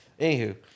Anywho